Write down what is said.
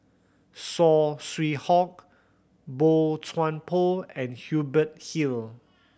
Saw Swee Hock Boey Chuan Poh and Hubert Hill